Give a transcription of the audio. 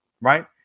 right